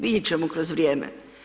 Vidjet ćemo kroz vrijeme.